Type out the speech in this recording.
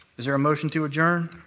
is there a motion to adjourn?